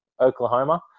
Oklahoma